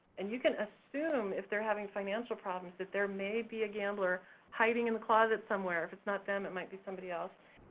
and you can assume if they're having financial problems that there may be a gambler hiding in the closet somewhere, if it's not them, it might be somebody else.